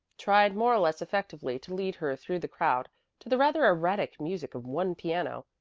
tried more or less effectively to lead her through the crowd to the rather erratic music of one piano,